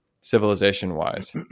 civilization-wise